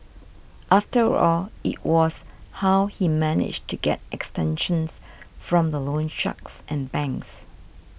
after all it was how he managed to get extensions from the loan sharks and banks